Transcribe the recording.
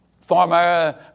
Former